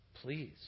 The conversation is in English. please